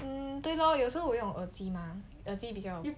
hmm 对 lor 有时候我用我耳机 mah 耳机比较好一点